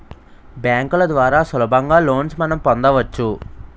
బ్యాంకుల ద్వారా సులభంగా లోన్స్ మనం పొందవచ్చు